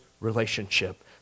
relationship